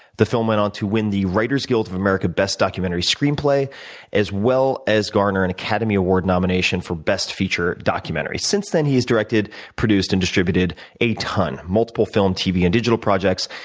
the film went on to win the writers' guild of america best documentary play as well as garner an academy award nomination for best feature documentary. since then, he has directed, produced, and distributed a ton, multiple film, tv, and digital projects,